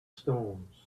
stones